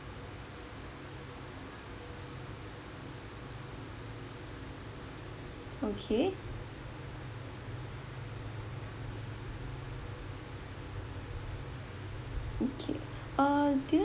okay okay uh do you